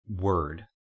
word